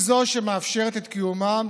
הצבעה שמית תהיה לאחר מכן.